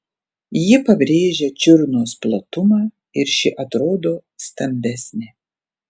jie pabrėžia čiurnos platumą ir ši atrodo stambesnė